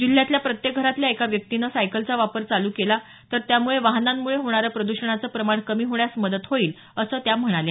जिल्ह्यातल्या प्रत्येक घरातल्या एका व्यक्तीने सायकलचा वापर चालू केला तर त्यामुळे वाहनांमुळे होणारं प्रद्षणाचं प्रमाण कमी होण्यास मदत होईल असं त्या म्हणाल्या